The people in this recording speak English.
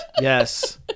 yes